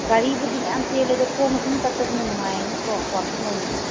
ꯒꯥꯔꯤꯕꯨꯗꯤ ꯃꯌꯥꯝ ꯆꯦꯜꯂꯦ ꯑꯗꯣ ꯈꯣꯡꯅ ꯁꯨꯝ ꯆꯠꯄꯁꯤꯅ ꯅꯨꯡꯉꯥꯏꯑꯅꯀꯣ ꯋꯥꯀꯤꯡ ꯑꯣꯏꯅ